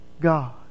God